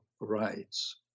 rights